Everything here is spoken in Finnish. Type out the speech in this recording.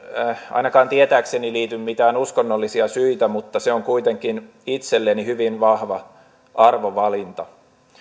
ainakaan tietääkseni liity mitään uskonnollisia syitä mutta se on kuitenkin itselleni hyvin vahva arvovalinta